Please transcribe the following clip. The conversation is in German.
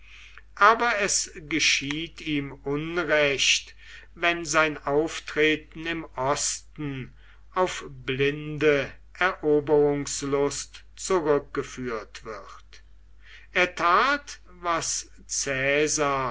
aber es geschieht ihm unrecht wenn sein auftreten im osten auf blinde eroberungslust zurückgeführt wird er tat was